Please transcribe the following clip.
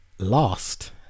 Lost